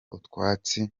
utwatsi